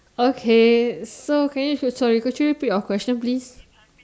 okay so can you so sorry could you repeat your question please